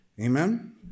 Amen